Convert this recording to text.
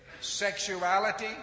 sexuality